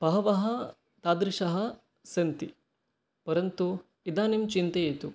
बहवः तादृशः सन्ति परन्तु इदानीं चिन्तयतु